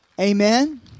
Amen